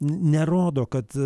nerodo kad